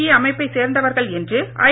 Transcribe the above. இ அமைப்பை சேர்ந்தவர்கள் என்று ஐ